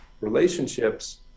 relationships